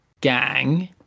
gang